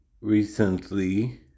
recently